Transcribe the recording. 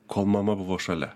kol mama buvo šalia